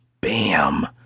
Bam